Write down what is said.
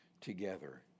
together